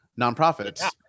nonprofits